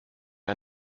wir